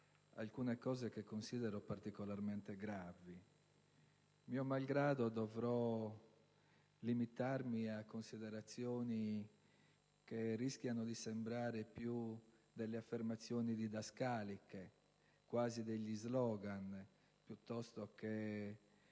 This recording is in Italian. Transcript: alcuni aspetti che considero particolarmente gravi. Mio malgrado, dovrò limitarmi a considerazioni che rischiano di sembrare più delle affermazioni didascaliche, quasi degli slogan, piuttosto che